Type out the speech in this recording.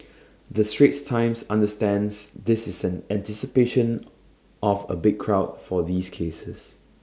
the straits times understands this is in anticipation of A big crowd for these cases